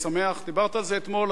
דיברת על זה אתמול,